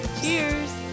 cheers